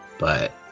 but,